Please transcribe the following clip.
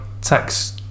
text